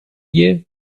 year